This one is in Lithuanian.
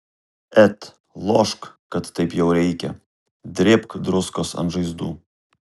et lošk kad taip jau reikia drėbk druskos ant žaizdų